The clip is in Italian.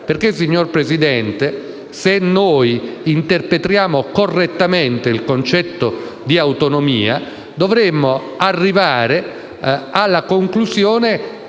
Signor Presidente, se noi interpretassimo correttamente il concetto di autonomia, dovremmo arrivare alla conclusione